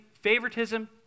Favoritism